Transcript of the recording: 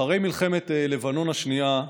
אחרי מלחמת לבנון השנייה,